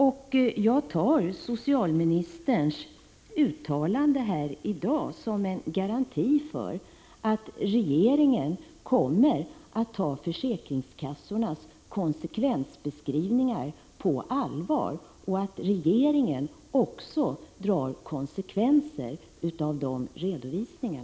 Jag uppfattar socialministerns uttalande här i dag som en garanti för att regeringen kommer att ta försäkringskassornas konsekvensbeskrivningar på allvar och att regeringen också drar konsekvenserna av dessa redovisningar.